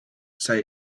say